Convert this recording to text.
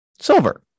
silver